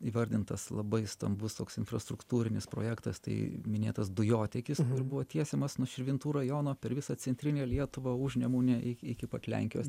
įvardintas labai stambus toks infrastruktūrinis projektas tai minėtas dujotiekis buvo tiesiamas nuo širvintų rajono per visą centrinę lietuvą užnemunę i iki pat lenkijos